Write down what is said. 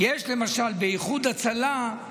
יש באיחוד הצלה,